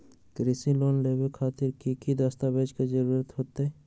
कृषि लोन लेबे खातिर की की दस्तावेज के जरूरत होतई?